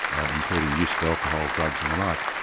including use of alcohol, drugs and the like.